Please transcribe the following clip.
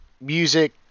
music